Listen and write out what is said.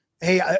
Hey